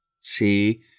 See